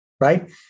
right